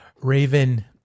Raven